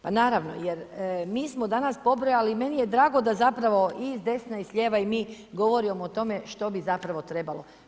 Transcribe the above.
Pa naravno jer, mi smo danas pobrojali i meni je drago da zapravo i s desna i s lijeva i mi govorimo o tome što bi zapravo trebalo.